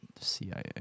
CIA